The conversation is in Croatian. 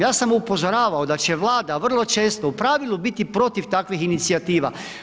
Ja sam upozoravao da će Vlada vrlo često u pravilu biti protiv takvih inicijativa.